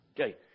Okay